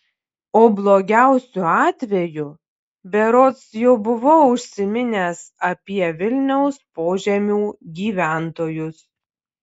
o blogiausiu atveju berods jau buvau užsiminęs apie vilniaus požemių gyventojus